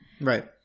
right